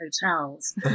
hotels